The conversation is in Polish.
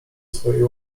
swej